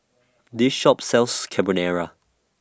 This Shop sells Carbonara